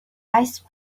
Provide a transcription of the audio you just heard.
ice